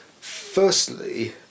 firstly